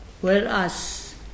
whereas